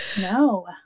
No